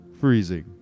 freezing